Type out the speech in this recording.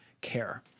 care